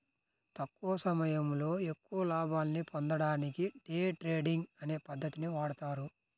తక్కువ సమయంలో ఎక్కువ లాభాల్ని పొందడానికి డే ట్రేడింగ్ అనే పద్ధతిని వాడతారు